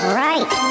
right